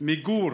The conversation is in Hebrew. מיגור